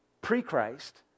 pre-Christ